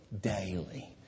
daily